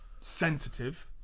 sensitive